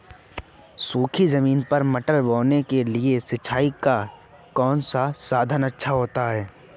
सूखी ज़मीन पर मटर बोने के लिए सिंचाई का कौन सा साधन अच्छा होता है?